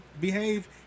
behave